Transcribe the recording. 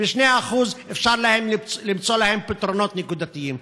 ו-2% אפשר למצוא להם פתרונות נקודתיים.